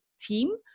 team